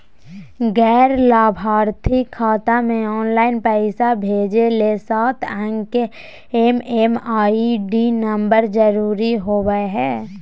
गैर लाभार्थी खाता मे ऑनलाइन पैसा भेजे ले सात अंक के एम.एम.आई.डी नम्बर जरूरी होबय हय